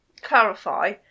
clarify